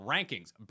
Rankings